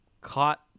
caught